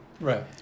Right